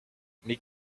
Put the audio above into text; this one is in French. mais